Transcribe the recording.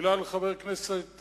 מלה לחבר הכנסת